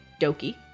Doki